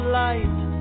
light